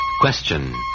Question